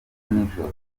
nijoro